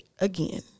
again